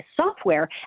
software